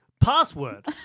password